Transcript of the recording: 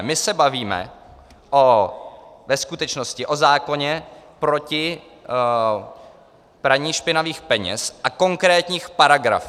My se bavíme ve skutečnosti o zákoně proti praní špinavých peněz a konkrétních paragrafech.